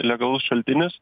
legalus šaltinis